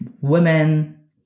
women